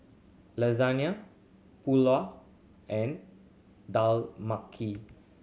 Lasagna Pulao and Dal